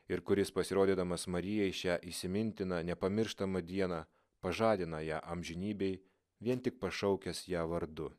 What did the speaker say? ir kuris pasirodydamas marijai šią įsimintiną nepamirštamą dieną pažadina ją amžinybei vien tik pašaukęs ją vardu